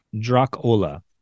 Dracula